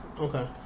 Okay